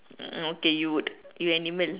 hmm okay you would you animal